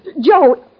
Joe